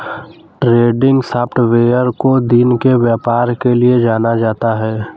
trending software को दिन के व्यापार के लिये जाना जाता है